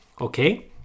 Okay